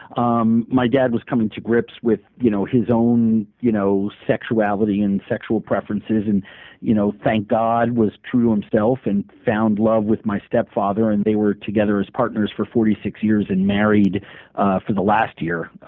um my dad was coming to grips with you know his own you know sexuality and sexual preferences, and you know thank god, he was true to himself and found love with my stepfather, and they were together as partners for forty six years and married for the last year